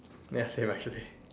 ya same actually